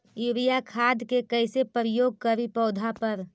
Urea खाद के कैसे प्रयोग करि पौधा पर?